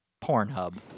Pornhub